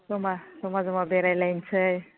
जमा जमा बेरायलायनोसै